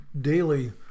daily